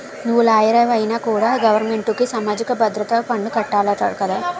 నువ్వు లాయరువైనా కూడా గవరమెంటుకి సామాజిక భద్రత పన్ను కట్టాలట కదా